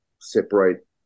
separate